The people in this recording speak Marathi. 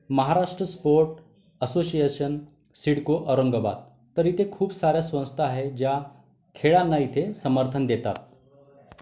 महाराष्ट स्पोर्ट असोसिएशन सिडको औरंगाबाद तर इथे खूप साऱ्या संस्था आहेत ज्या खेळांना इथे समर्थन देतात